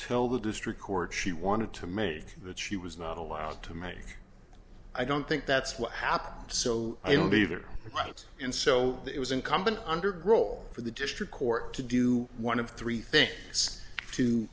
tell the district court she wanted to make that she was not allowed to make i don't think that's what happened so i don't either right and so it was incumbent under grohl for the district court to do one of three things